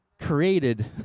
created